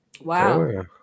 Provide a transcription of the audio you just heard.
wow